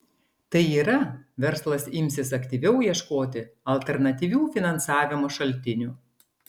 tai yra verslas imsis aktyviau ieškoti alternatyvių finansavimo šaltinių